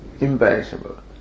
imperishable